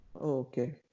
Okay